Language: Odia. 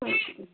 ଆଚ୍ଛା